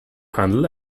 handle